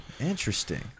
Interesting